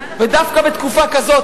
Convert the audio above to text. ודווקא בתקופה כזאת,